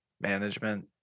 management